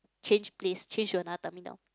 change place change to another terminal